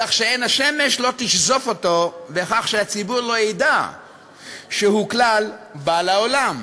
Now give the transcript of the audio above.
כך שעין השמש לא תשזוף אותו וכך שהציבור לא ידע כלל שהוא בא לעולם.